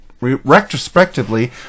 retrospectively